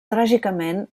tràgicament